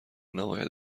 نباید